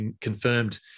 confirmed